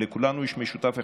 ולכולנו יש משותף אחד,